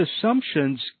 assumptions